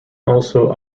also